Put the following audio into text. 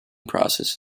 process